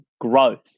growth